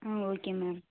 ah okay ma'am